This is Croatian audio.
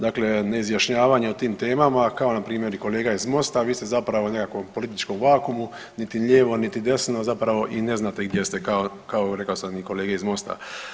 Dakle, neizjašnjavanje o tim temama kao npr. i kolega iz MOST-a, vi ste zapravo u nekakvom političkom vakuumu niti lijevo, niti desno, zapravo i ne znate gdje ste kao rekao i kolege iz MOST-a.